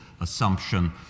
assumption